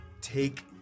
take